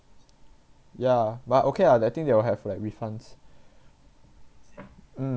ya but okay ah I think they will have like refunds mm